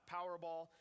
Powerball